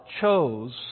chose